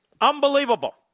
Unbelievable